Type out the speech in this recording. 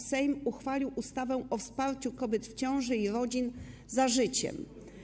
Sejm uchwalił ustawę o wsparciu kobiet w ciąży i rodzin „Za życiem”